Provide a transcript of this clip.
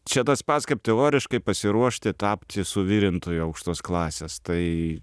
čia tas pats kaip teoriškai pasiruošti tapti suvirintoju aukštos klasės tai